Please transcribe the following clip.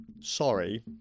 Sorry